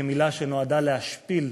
כמילה שנועדה להשפיל,